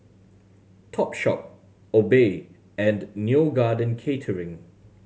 Topshop Obey and Neo Garden Catering